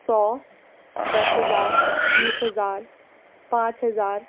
سو دس ہزار بیس ہزار پانچ ہزار